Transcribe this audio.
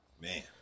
man